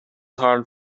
hard